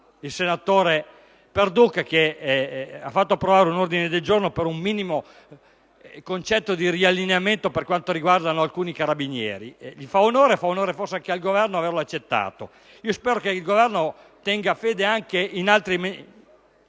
al senatore Perduca che ha fatto approvare un ordine del giorno per un minimo concetto di riallineamento per quanto riguarda alcuni carabinieri. Gli fa onore e e forse anche al Governo averlo accettato. Spero che il Governo tenga fede anche ad altri